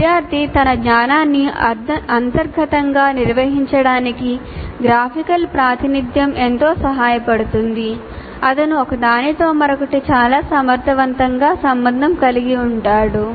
విద్యార్థి తన జ్ఞానాన్ని అంతర్గతంగా నిర్వహించడానికి గ్రాఫికల్ ప్రాతినిధ్యం ఎంతో సహాయపడుతుంది అతను ఒకదానితో మరొకటి చాలా సమర్థవంతంగా సంబంధం కలిగి ఉంటాడు